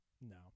No